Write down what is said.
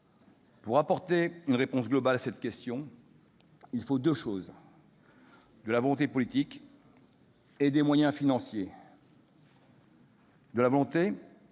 Pour apporter une réponse globale à cette question, il faut deux choses : de la volonté politique et des moyens financiers. De la volonté, il vous